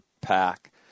pack